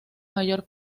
mayor